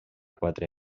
quatre